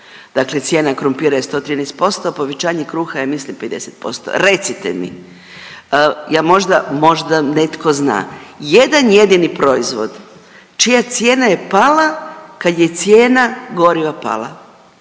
dakle cijena krumpira je 113%, a povećanje kruha je ja mislim 50%. Recite mi, ja možda, možda netko zna jedan jedini proizvod čija cijena je pala kad je cijena goriva pala,